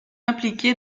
impliqué